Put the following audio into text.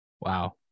Wow